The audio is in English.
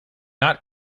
not